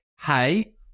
hey